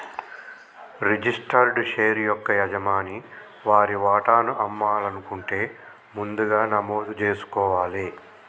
registered share యొక్క యజమాని వారి వాటాను అమ్మాలనుకుంటే ముందుగా నమోదు జేసుకోవాలే